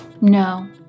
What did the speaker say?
No